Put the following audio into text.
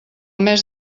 mes